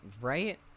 Right